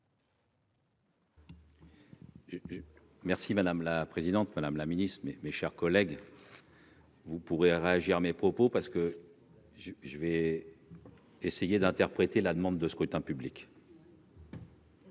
Merci madame la présidente Madame la Ministre mes, mes chers collègues. Pourrait réagir mes propos parce que. Je vais. Essayer d'interpréter la demande de scrutin public. Parce